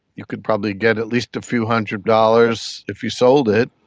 you could probably get at least a few hundred dollars if you sold it.